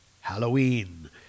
halloween